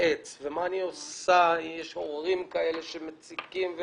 להתייעץ ומה אני עושה, יש הורים כאלה שמציקים.